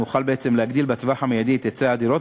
נוכל בעצם להגדיל בטווח המיידי את היצע הדירות,